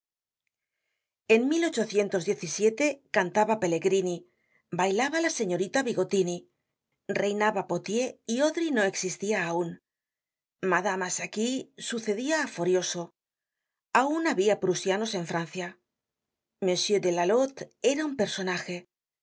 en cantaba pelegrini bailaba la señorita bigottini reinaba potier y odry no existia aun madama saquí sucedia á forioso aun habia prusianos en francia m delalot era un personaje